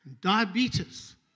diabetes